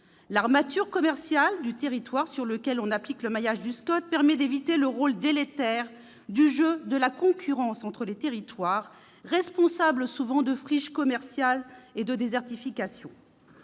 L'armature commerciale du territoire sur lequel on applique le maillage du SCOT permet d'éviter le rôle délétère du jeu de la concurrence entre les territoires, souvent responsable de friches commerciales et de désertification.